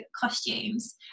costumes